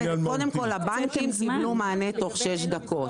הבנקים קיבלו מענה תוך שש דקות.